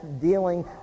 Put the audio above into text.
dealing